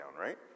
right